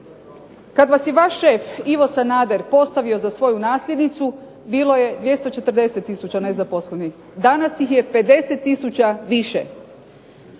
Kad vas je vaš šef Ivo Sanader postavio za svoju nasljednicu bilo je 240000 nezaposlenih. Danas ih je 50000 više.